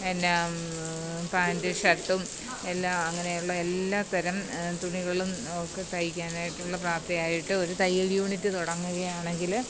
എന്നാല് പാന്റ് ഷര്ട്ടും എല്ലാം അങ്ങനെയുള്ള എല്ലാത്തരം തുണികളും ഒക്കെ തയ്ക്കാനായിട്ടുള്ള പ്രാപ്തിയായിട്ട് ഒരു തയ്യല് യൂണിറ്റ് തുടങ്ങുകയാണെങ്കില്